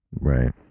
Right